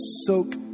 soak